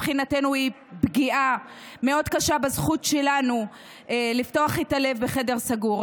מבחינתנו זו פגיעה מאוד קשה בזכות שלנו לפתוח את הלב בחדר סגור.